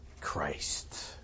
Christ